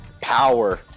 Power